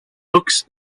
hooks